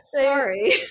sorry